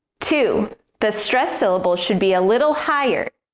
two the stressed syllable should be a little higher.